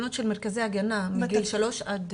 בתקנות של מרכזי ההגנה מגיל שלוש עד